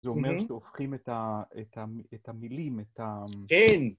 ‫זה אומר שאתם הופכים את המילים, את ה... ‫-כן.